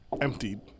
emptied